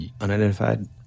unidentified